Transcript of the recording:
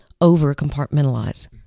over-compartmentalize